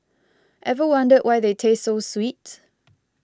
ever wondered why they taste so sweet